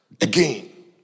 again